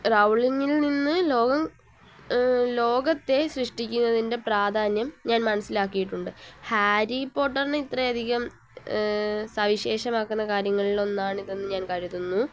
റൗളിങ്ങിൽ നിന്ന് ലോകം ലോകത്തെ സൃഷ്ടിക്കുന്നതിൻ്റെ പ്രാധാന്യം ഞാൻ മനസ്സിലാക്കിയിട്ടുണ്ട് ഹാരി പോട്ടറിന് ഇത്രയധികം സവിശേഷമാക്കുന്ന കാര്യങ്ങളിലൊന്നാണ് ഇതെന്ന് ഞാൻ കരുതുന്നു